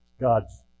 God's